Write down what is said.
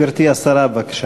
גברתי השרה, בבקשה.